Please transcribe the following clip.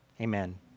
amen